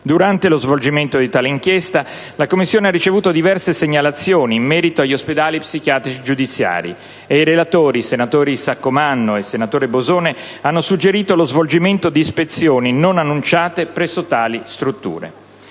Durante lo svolgimento di tale inchiesta, la Commissione ha ricevuto diverse segnalazioni in merito agli ospedali psichiatrici giudiziari e i relatori, senatori Saccomanno e Bosone, hanno suggerito lo svolgimento di ispezioni non annunciate presso tali strutture.